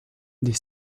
des